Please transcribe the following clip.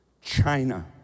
China